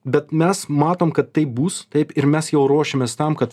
bet mes matom kad taip bus taip ir mes jau ruošimės tam kad